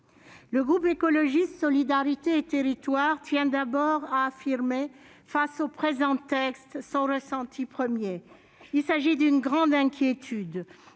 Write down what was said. le groupe Écologiste - Solidarité et Territoires tient tout d'abord à affirmer, face au présent texte, son sentiment premier, à savoir une grande inquiétude.